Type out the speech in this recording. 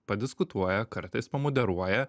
padiskutuoja kartais pamoderuoja